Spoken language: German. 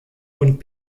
und